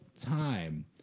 time